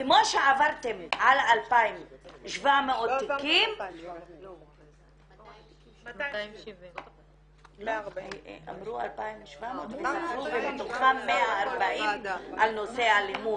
כמו שעברתם על 2,700 תיקים --- לא עברנו על 2,700. על 140. אמרו 2,700 וספרו ומתוכם 140 על נושא האלימות.